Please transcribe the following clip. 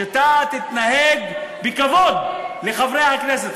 שאתה תתנהג בכבוד לחברי הכנסת.